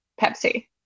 Pepsi